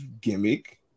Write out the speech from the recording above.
gimmick